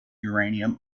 uranium